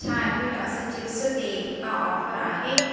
छा एपीटास चिप्स ते का ऑफ़र आहे